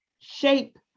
shape